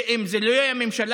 ואם זו לא תהיה הממשלה,